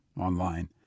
online